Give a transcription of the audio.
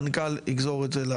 המנכ"ל יגזור את זה.